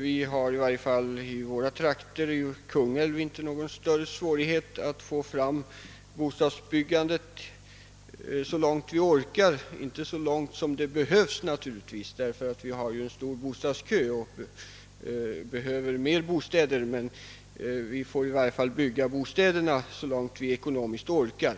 Vi har i varje fall i våra trakter — det gäller Kungälv — inte någon större svårighet att få fram ett bostadsbyggande i den utsträckning våra resurser medger, naturligtvis inte så många bostäder som skulle behövas med hänsyn till den stora bostadskö vi ju har, Vi behöver flera bostäder, men vi får i varje fall bygga bostäder så långt vår ekonomi medger det.